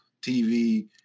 TV